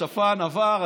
השפן עבר,